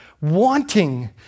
wanting